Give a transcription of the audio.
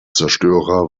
zerstörer